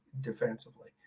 defensively